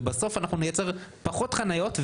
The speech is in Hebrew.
ובסוף נייצר פחות חניות,